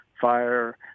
fire